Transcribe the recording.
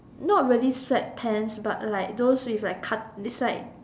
not really sweatpants but like those with like cut its like